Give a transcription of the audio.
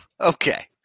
Okay